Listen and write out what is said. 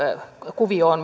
kuvioon